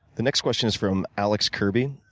the next question is from alex kirby.